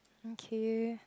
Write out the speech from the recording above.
k